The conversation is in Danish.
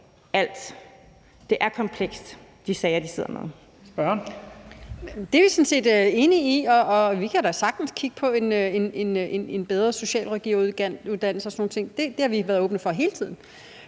alt. Det er komplekse sager, de sidder med.